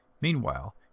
Meanwhile